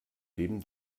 dem